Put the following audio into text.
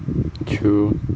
true